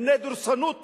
מפני דורסנות הרוב.